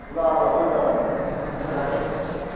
ल ल हुन्छ हुन्छ हुन्छ साथी